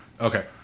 Okay